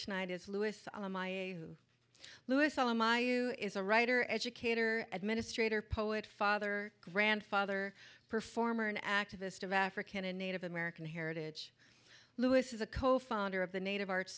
tonight is louis louis on my you is a writer educator administrator poet father grandfather performer an activist of african and native american heritage louis is a co founder of the native arts